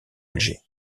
alger